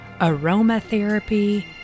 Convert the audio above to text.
aromatherapy